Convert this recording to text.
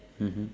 mmhmm